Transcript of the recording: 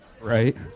Right